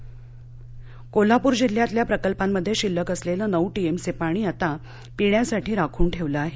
कोल्हापूर कोल्हापूर जिल्ह्यातल्या प्रकल्पांमध्ये शिल्लक असलेलं नऊ टीएमसी पाणी आता पिण्यासाठी राखून ठेवलं आहे